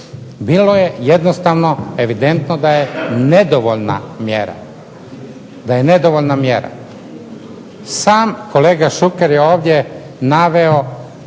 Bilo je jednostavno evidentno da je nedovoljna mjera. Sam kolega Šuker je ovdje naveo